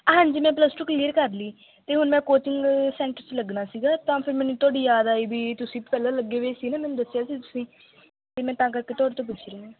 ਹਾਂਜੀ ਮੈਂ plus two clear ਕਰ ਲਈ ਅਤੇ ਹੁਣ ਮੈਂ ਕੋਚਿੰਗ ਸੈਂਟਰ 'ਚ ਲੱਗਣਾ ਸੀਗਾ ਤਾਂ ਫਿਰ ਮੈਨੂੰ ਤੁਹਾਡੀ ਯਾਦ ਆਈ ਵੀ ਤੁਸੀਂ ਪਹਿਲਾਂ ਲੱਗੇ ਵੇ ਸੀ ਨਾ ਮੈਨੂੰ ਦੱਸਿਆ ਸੀ ਤੁਸੀਂ ਅਤੇ ਮੈਂ ਤਾਂ ਕਰਕੇ ਤੁਹਾਡੇ ਤੋਂ ਪੁੱਛ ਰਹੀ ਹਾਂ